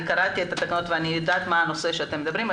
וקראתי את התקנות ואני יודעת מה הנושא עליו אתם מדברים,